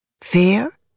Fear